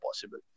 possible